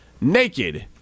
naked